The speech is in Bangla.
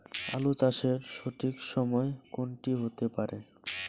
আলু চাষের সঠিক সময় কোন টি হতে পারে?